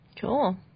Cool